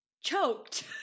choked